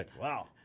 Wow